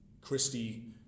Christie